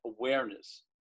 awareness